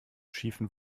schiefen